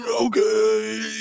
Okay